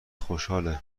خوشحاله